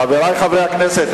חברי חברי הכנסת.